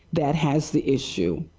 that has the issue.